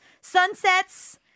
sunsets